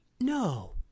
no